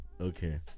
Okay